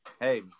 Hey